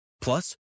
Plus